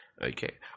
Okay